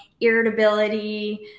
irritability